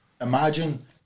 imagine